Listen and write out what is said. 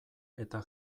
eta